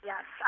Yes